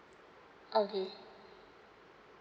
mm